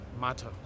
matter